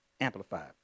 amplified